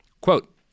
Quote